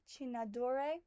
Chinadore